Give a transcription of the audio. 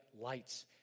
lights